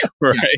Right